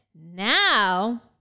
Now